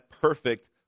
perfect